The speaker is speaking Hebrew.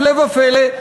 הפלא ופלא,